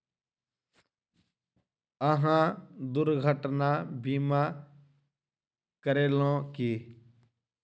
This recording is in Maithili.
अहाँ दुर्घटना बीमा करेलौं की?